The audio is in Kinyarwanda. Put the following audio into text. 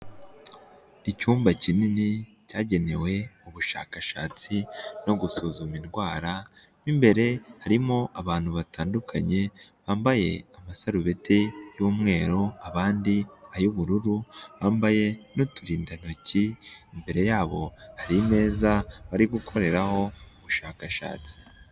Icyumba kinini cyagenewe ubushakashatsi no gusuzuma indwara, mo imbere harimo abantu batandukanye bambaye amasarubeti y'umweru, abandi ay'ubururu, bambaye n'uturindantoki, imbere yabo hari imeza bari gukoreraho ubushakashatsi.